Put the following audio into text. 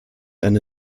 eine